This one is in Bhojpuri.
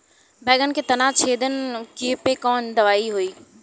बैगन के तना छेदक कियेपे कवन दवाई होई?